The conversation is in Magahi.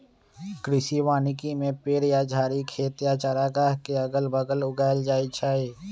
कृषि वानिकी में पेड़ या झाड़ी खेत या चारागाह के अगल बगल उगाएल जाई छई